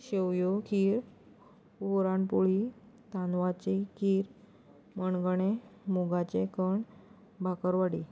शेवयो खीर पुराणपोळी तांदळाची खीर मणगणें मुगाचें कण्ण भाकरवाडी